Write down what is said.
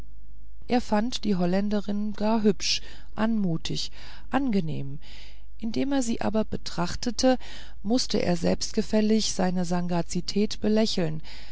er fand die holländerin gar hübsch anmutig angenehm indem er sie aber betrachtete mußte er selbstgefällig seine sagazität belächeln